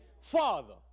Father